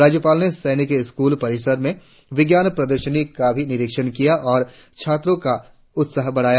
राज्यपाल ने सैनिक स्कूल परिसर में विज्ञान प्रदर्शनी का भी निरीक्षण किया और छात्रों का उत्साह बढ़ाया